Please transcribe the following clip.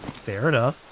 fair enough.